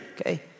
okay